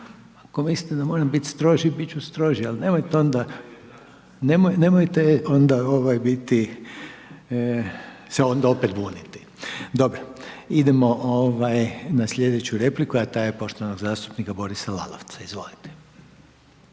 Ako mislite da moram biti stroži, biti ću stroži, ali nemojte onda, nemojte onda biti se onda opet buniti. Dobro, idemo na sljedeću repliku a ta je poštovanog zastupnika Borisa Lalovca. **Lalovac,